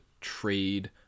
trade